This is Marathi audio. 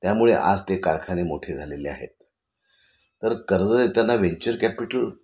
त्यामुळे आज ते कारखाने मोठे झालेले आहेत तर कर्ज देताना व्हेंचर कॅपिटल